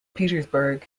petersburg